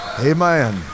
Amen